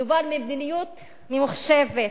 מדובר במדיניות מחושבת